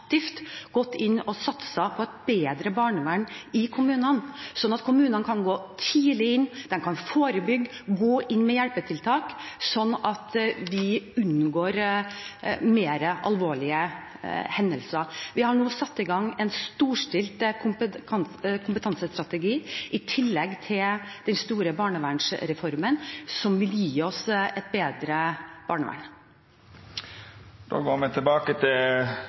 gått inn og satset på et bedre barnevern i kommunene, slik at kommunene kan gå tidlig inn, de kan forebygge, gå inn med hjelpetiltak, slik at vi unngår mer alvorlige hendelser. Vi har nå satt i gang en storstilt kompetansestrategi, i tillegg til den store barnevernsreformen, som vil gi oss et bedre barnevern. Då går me tilbake til